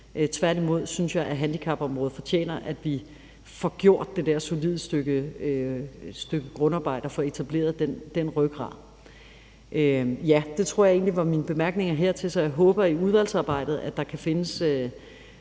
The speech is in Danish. Tværtimod synes jeg, at handicapområdet fortjener, at vi får gjort det der solide stykke grundarbejde og får etableret den rygrad. Det tror jeg egentlig var mine bemærkninger hertil. Så jeg håber, at vi i udvalgsarbejdet måske kan komme